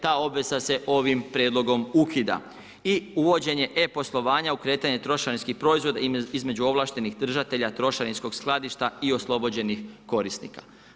Ta obveza se ovim prijedlogom ukida i uvođenje e-poslovanja o kretanju trošarinskih proizvoda, između ovlaštenih držatelja trošarinskog skladišta i oslobođenih korisnika.